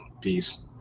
Peace